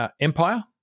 Empire